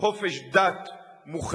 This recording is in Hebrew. חופש דת מוחלט.